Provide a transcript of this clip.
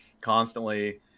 constantly